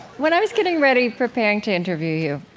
when i was getting ready, preparing to interview you,